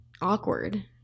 awkward